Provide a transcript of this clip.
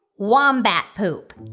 wombat poop.